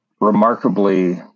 remarkably